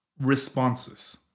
responses